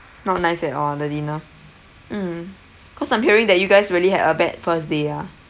not nice at all the dinner mm cause I'm hearing that you guys really had a bad first day ah